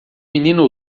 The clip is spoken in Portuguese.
menino